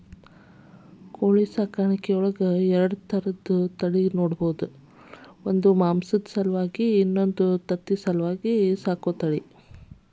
ಕೋಳಿ ಸಾಕಾಣಿಕೆಯೊಳಗ ಎರಡ ತಳಿ ನೋಡ್ಬಹುದು ಒಂದು ಮಾಂಸದ ಸಲುವಾಗಿ ಇನ್ನೊಂದು ತತ್ತಿ ಸಲುವಾಗಿ ಸಾಕೋ ತಳಿ